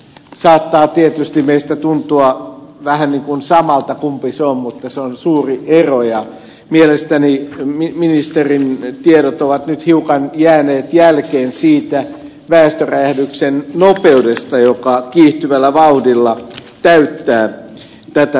saattaa tietysti meistä tuntua vähän samalta kumpi se on mutta se on suuri ero ja mielestäni ministerin tiedot ovat nyt hiukan jääneet jälkeen sen väestöräjähdyksen nopeudesta joka kiihtyvällä vauhdilla täyttää tätä planeettaa